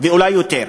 ואולי יותר,